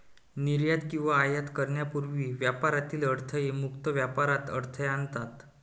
निर्यात किंवा आयात करण्यापूर्वी व्यापारातील अडथळे मुक्त व्यापारात अडथळा आणतात